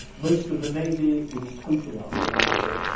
most of the navy was totally unreliable.